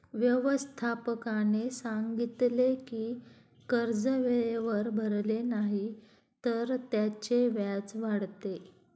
व्यवस्थापकाने सांगितले की कर्ज वेळेवर भरले नाही तर त्याचे व्याज वाढते